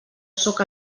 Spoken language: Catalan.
sóc